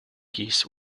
keys